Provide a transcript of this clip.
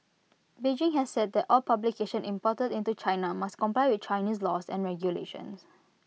Beijing has said that all publications imported into China must comply with Chinese laws and regulations